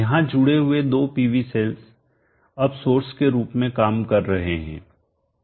यहां जुड़े हुए दो PV सेल्स अब सोर्स के रूप में काम कर रहे हैं